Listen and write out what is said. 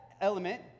element